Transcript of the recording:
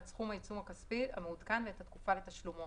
את סכום העיצום הכספי המעודכן ואת התקופה לתשלומו,